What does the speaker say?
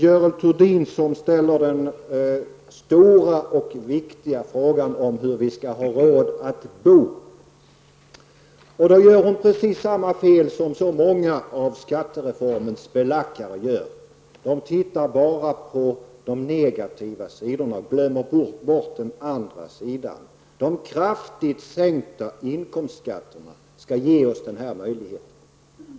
Görel Thurdin ställde den stora och viktiga frågan om hur vi skall ha råd att bo. Hon gör precis samma fel som så många av skattereformens belackare gör: hon ser nämligen bara till de negativa sidorna och glömmer de positiva. De kraftigt sänkta inkomstskatterna skall ge oss denna möjlighet.